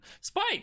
spike